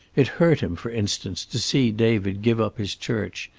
it hurt him, for instance, to see david give up his church,